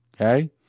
Okay